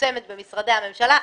מיושמת במשרדי הממשלה,